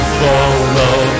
follow